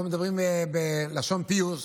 אנחנו מדברים בלשון פיוס.